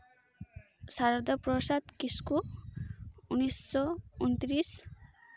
ᱥᱟᱨᱚᱫᱟ ᱯᱨᱚᱥᱟᱫᱽ ᱠᱤᱥᱠᱩ ᱩᱱᱤᱥᱥᱚ ᱩᱱᱛᱨᱤᱥ